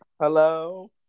Hello